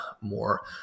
more